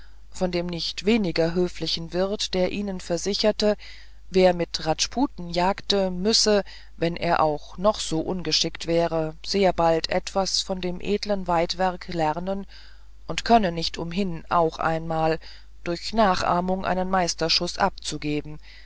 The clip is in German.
von dem nicht weniger höflichen wirt der ihnen versicherte wer mit rajputen jagte müsse wenn er auch noch so ungeschickt wäre sehr bald etwas von dem edlen waidwerk lernen und könne nicht umhin auch einmal durch nachahmung einen meisterschuß abzugeben